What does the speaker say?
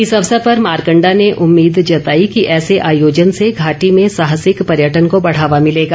इस अवसर पर मारकण्डा ने उम्मीद जताई कि ऐसे आयोजन से घाटी में साहसिक पर्यटन को बढ़ावा मिलेगा